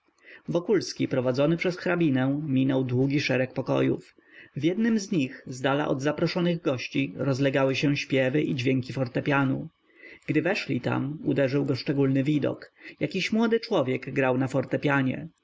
wokulski prowadzony przez hrabinę minął długi szereg pokojów w jednym z nich zdala od zaproszonych gości rozlegały się śpiewy i dźwięki fortepianu gdy weszli tam uderzył go szczególny widok jakiś młody człowiek grał na fortepianie